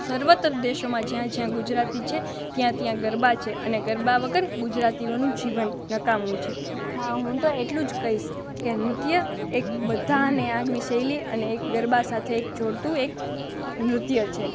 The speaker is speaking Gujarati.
સર્વત્ર દેશોમાં જ્યાં જ્યાં ગુજરાતી છે ત્યાં ત્યાં ગરબા છે અને ગરબા વગર ગુજરાતીઓનું જીવન નકામું છે હા હું તો એટલું જ કહીશ કે નૃત્ય એક બધાને આગવી શૈલી અને એક ગરબા સાથે એક જોડતું એક નૃત્ય છે